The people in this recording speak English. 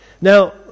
Now